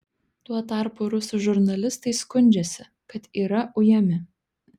tuo tarpu rusų žurnalistai skundžiasi kad yra ujami